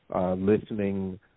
listening